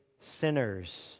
sinners